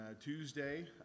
Tuesday